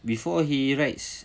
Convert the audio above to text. before he rides